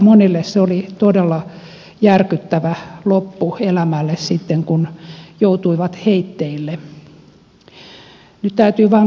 monille se oli todella järkyttävä loppu elämälle sitten kun joutuivat heitteille